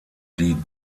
die